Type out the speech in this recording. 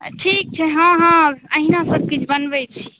ठीक छै हँ हँ अहिना सब किछ बनबै छी